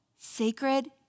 sacred